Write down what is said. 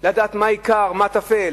לדעת מה עיקר ומה טפל,